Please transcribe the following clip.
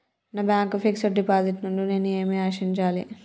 నా bank fixed deposit నుండి నేను ఏమి ఆశించాలి?